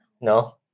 No